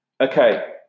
Okay